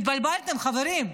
התבלבלתם, חברים.